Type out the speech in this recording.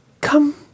Come